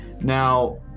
Now